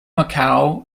macau